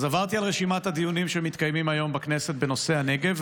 עברתי על רשימת הדיונים שמתקיימים היום בכנסת בנושא הנגב,